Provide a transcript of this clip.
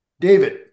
David